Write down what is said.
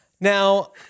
Now—